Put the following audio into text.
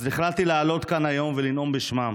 אז החלטתי לעלות כאן היום ולנאום בשמם,